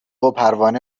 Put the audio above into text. وپروانه